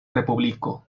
respubliko